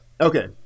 Okay